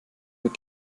mit